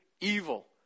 evil